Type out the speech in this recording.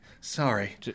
sorry